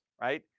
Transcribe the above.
right